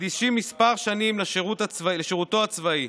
מקדישים כמה שנים לשירותם הצבאי,